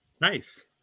nice